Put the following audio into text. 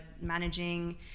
managing